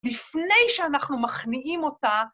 ‫לפני שאנחנו מכניעים אותה...